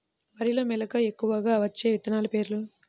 వరిలో మెలక ఎక్కువగా వచ్చే విత్తనాలు పేర్లు?